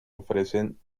ofrecen